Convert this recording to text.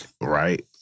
right